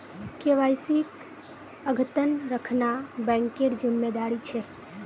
केवाईसीक अद्यतन रखना बैंकेर जिम्मेदारी छे